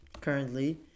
currently